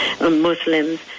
Muslims